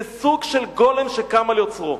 זה סוג של גולם שקם על יוצרו.